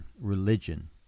religion